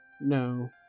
No